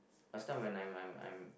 last time when I'm I'm I'm